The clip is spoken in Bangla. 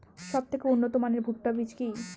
সবথেকে উন্নত মানের ভুট্টা বীজ কি?